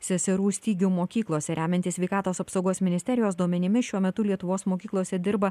seserų stygių mokyklose remiantis sveikatos apsaugos ministerijos duomenimis šiuo metu lietuvos mokyklose dirba